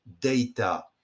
data